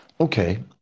Okay